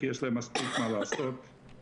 כי יש להם מספיק מה לעשות ברשות,